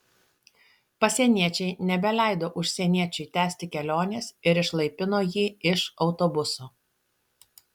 pasieniečiai nebeleido užsieniečiui tęsti kelionės ir išlaipino jį iš autobuso